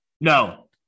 No